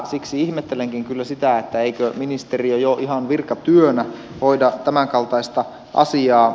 siksi ihmettelenkin kyllä sitä eikö ministeriö jo ihan virkatyönä hoida tämänkaltaista asiaa